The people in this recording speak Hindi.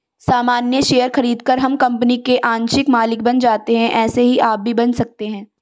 सामान्य शेयर खरीदकर हम कंपनी के आंशिक मालिक बन जाते है ऐसे ही आप भी बन सकते है